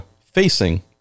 facing